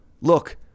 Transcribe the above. look